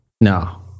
No